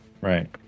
Right